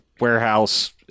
warehouse